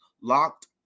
locked